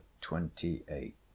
twenty-eight